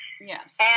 Yes